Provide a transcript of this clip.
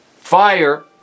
Fire